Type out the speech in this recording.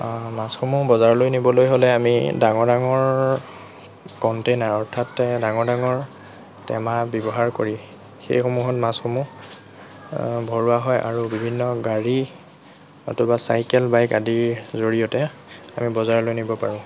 মাছসমূহ বজাৰলৈ নিবলৈ হ'লে আমি ডাঙৰ ডাঙৰ কণ্টেইনাৰত অৰ্থাৎ ডাঙৰ ডাঙৰ টেমা ব্যৱহাৰ কৰি সেইসমূহত মাছসমূহ ভৰোৱা হয় আৰু বিভিন্ন গাড়ী নতুবা চাইকেল বাইক আদিৰ জৰিয়তে আমি বজাৰলৈ নিব পাৰোঁ